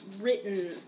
written